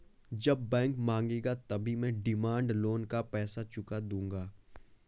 जब बैंक मांगेगा तभी मैं डिमांड लोन का पैसा चुका दूंगा